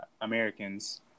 Americans